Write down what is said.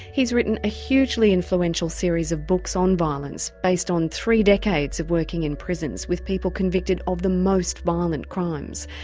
he's written a hugely influential series of books on violence, based on three decades of working in prisons with with people convicted of the most violent crimes.